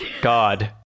God